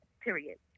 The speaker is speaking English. period